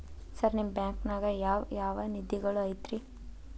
Sir ನಿಮ್ಮ ಬ್ಯಾಂಕನಾಗ ಯಾವ್ ಯಾವ ನಿಧಿಗಳು ಐತ್ರಿ?